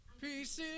Peace